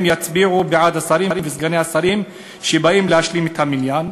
יצביעו בעד השרים וסגני השרים שבאים להשלים את המניין,